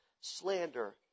slander